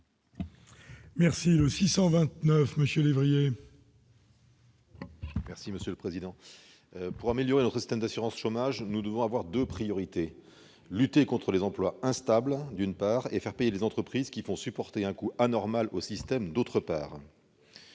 parole est à M. Martin Lévrier. Pour améliorer notre système d'assurance chômage, nous devons avoir deux priorités : lutter contre les emplois instables, d'une part ; faire payer les entreprises qui font supporter un coût anormal au système, d'autre part.